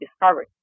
discovered